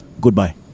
goodbye